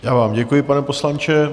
Já vám děkuji, pane poslanče.